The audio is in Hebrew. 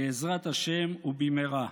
בעזרת השם, ובמהרה.